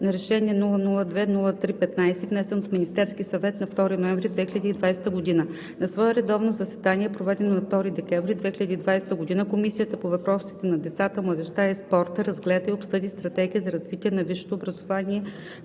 на решение, № 002-03-15, внесен от Министерския съвет на 2 ноември 2020 г. На свое редовно заседание, проведено на 2 декември 2020 год., Комисията по въпросите на децата, младежта и спорта разгледа и обсъди Стратегия за развитие на висшето образование